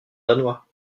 danois